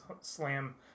slam